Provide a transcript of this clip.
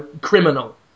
criminal